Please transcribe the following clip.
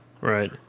Right